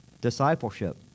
Discipleship